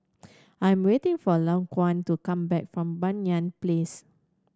I am waiting for Laquan to come back from Banyan Place